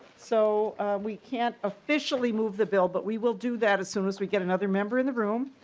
so we can't officially move the bill but we will do that as soon as we get another member in the room.